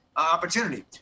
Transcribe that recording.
Opportunity